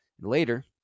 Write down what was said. Later